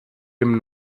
dem